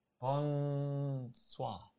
bonsoir